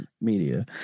media